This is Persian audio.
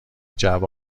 جعبه